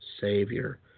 Savior